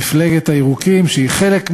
מפלגת הירוקים, שהיא חלק מהממשלה,